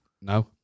no